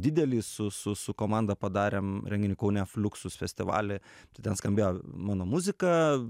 didelį su su su komanda padarėm renginį kaune fluxus festivaly tai ten skambėjo mano muzika